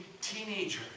teenager